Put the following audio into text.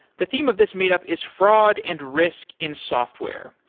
the theme of this meet up is fraud and risk in software.